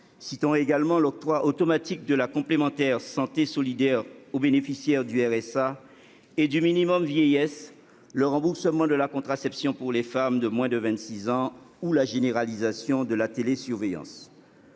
Citons également l'octroi automatique de la complémentaire santé solidaire aux bénéficiaires du RSA et du minimum vieillesse, le remboursement de la contraception pour les femmes de moins de vingt-six ans ou la généralisation de la télésurveillance.